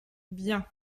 bien